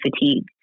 fatigue